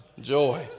Joy